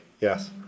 yes